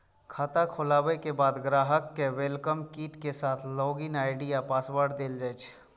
खाता खोलाबे के बाद ग्राहक कें वेलकम किट के साथ लॉग इन आई.डी आ पासवर्ड देल जाइ छै